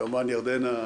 כמובן, ירדנה,